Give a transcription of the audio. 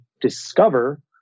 discover